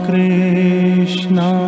Krishna